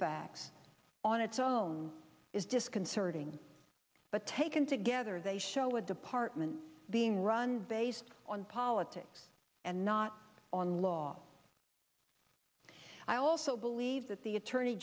facts on its own is disconcerting but taken together they show a department being run based on politics and not on law i also believe that the attorney